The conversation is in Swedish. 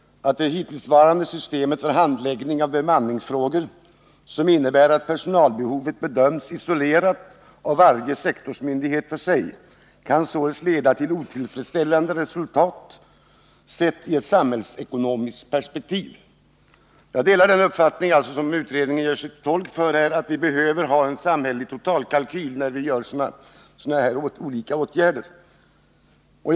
Utredningen anför: ”Det hittillsvarande systemet för handläggning av bemanningsfrågor, som innebär att personalbehovet bedöms isolerat av varje sektorsmyndighet för sig, kan således leda till otillfredsställande resultat sett i ett samhällsekonomiskt perspektiv.” Jag delar den uppfattning som utredningen framför, nämligen att vi behöver ha en samhällelig totalkalkyl när vi vidtar olika åtgärder av det här slaget.